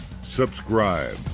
subscribe